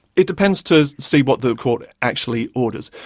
it depends. to see what the court actually orders.